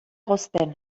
hozten